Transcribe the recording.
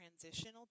transitional